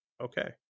Okay